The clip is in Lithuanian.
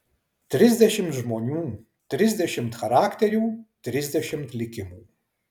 trisdešimt žmonių trisdešimt charakterių trisdešimt likimų